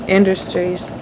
industries